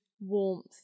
warmth